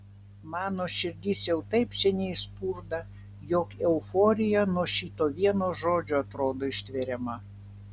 mano širdis jau taip seniai spurda jog euforija nuo šito vieno žodžio atrodo ištveriama